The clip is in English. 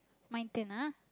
my turn ah